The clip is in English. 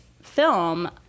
film